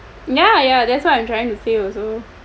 ya ya that's what I'm trying to say also